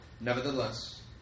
Nevertheless